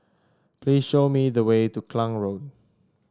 please show me the way to Kallang Road